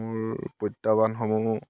মোৰ প্ৰত্যাহ্বানসমূহ